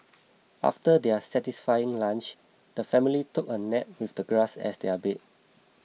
after their satisfying lunch the family took a nap with the grass as their bed